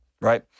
right